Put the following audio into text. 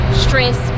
stress